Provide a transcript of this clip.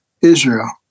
Israel